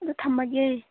ꯑꯗꯨ ꯊꯝꯃꯒꯦ